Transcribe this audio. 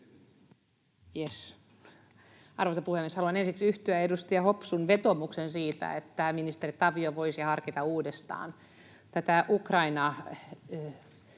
Arvoisa puhemies! Haluan ensiksi yhtyä edustaja Hopsun vetoomukseen siitä, että ministeri Tavio voisi harkita uudestaan tätä Ukraina-viiteryhmää.